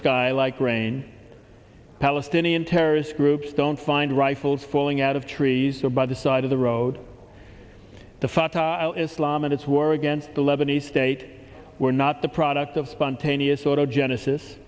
sky like rain palestinian terrorist groups don't find rifles falling out of trees or by the side of the road the fatah al islam and its war against the lebanese state were not the product of spontaneous auto genesis